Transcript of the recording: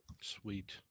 Sweet